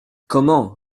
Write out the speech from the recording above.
comment